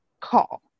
call